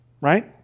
Right